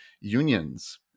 unions